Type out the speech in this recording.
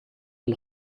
man